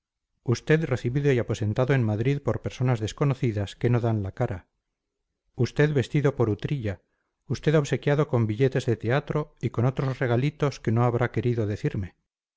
usted recibido y aposentado en madrid por personas desconocidas que no dan la cara usted vestido por utrilla usted obsequiado con billetes de teatro y con otros regalitos que no habrá querido decirme